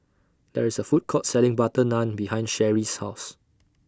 There IS A Food Court Selling Butter Naan behind Sheri's House